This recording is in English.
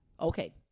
Okay